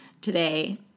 today